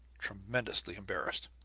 tremendously embarrassed.